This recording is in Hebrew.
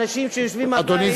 אנשים שיושבים בבית,